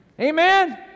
Amen